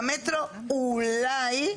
והמטרו אולי,